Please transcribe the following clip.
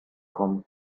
kommen